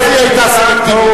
אז היא היתה סלקטיבית.